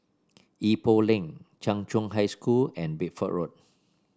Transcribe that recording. Ipoh Lane Chung Cheng High School and Bideford Road